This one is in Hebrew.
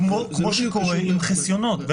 כמו שקורה עם חסיונות.